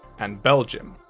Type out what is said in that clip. and belgium.